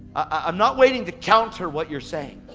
i'm not waiting to counter what you're saying.